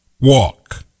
Walk